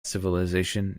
civilization